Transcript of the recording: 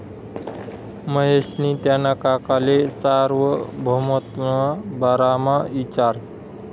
महेशनी त्याना काकाले सार्वभौमत्वना बारामा इचारं